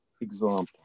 example